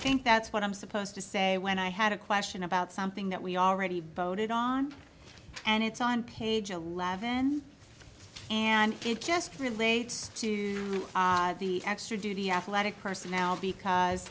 think that's what i'm supposed to say when i had a question about something that we already voted on and it's on page eleven and it just relates to the extra duty athletic personnel because